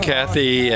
Kathy